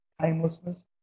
timelessness